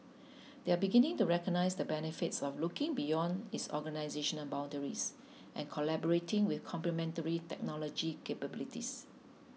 they are beginning to recognise the benefits of looking beyond its organisational boundaries and collaborating with complementary technology capabilities